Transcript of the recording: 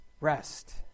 rest